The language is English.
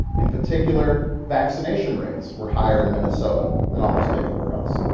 in particular, vaccination rates were higher and minnesota than almost anywhere else.